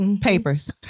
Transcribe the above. papers